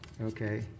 Okay